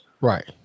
Right